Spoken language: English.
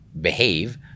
behave